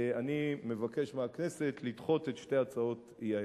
אני מבקש מהכנסת לדחות את שתי הצעות האי-אמון.